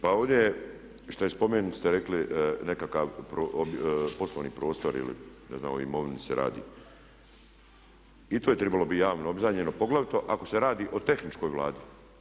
Pa ovdje je što ste spomenuli i rekli nekakav poslovni prostor ili ne znam o imovini se radi, i to je trebalo biti javno obznanjeno poglavito ako se radi o tehničkoj Vladi.